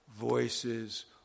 voices